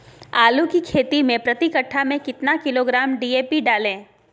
आलू की खेती मे प्रति कट्ठा में कितना किलोग्राम डी.ए.पी डाले?